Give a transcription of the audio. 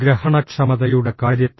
ഗ്രഹണക്ഷമതയുടെ കാര്യത്തിൽ